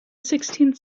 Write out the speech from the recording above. sixteenth